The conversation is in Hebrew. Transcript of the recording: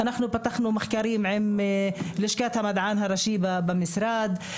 פתחנו מחקרים עם לשכת המדען הראשי במשרד,